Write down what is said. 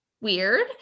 weird